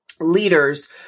leaders